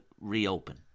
reopen